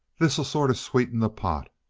this'll sort of sweeten the pot.